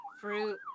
fruit